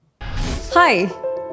Hi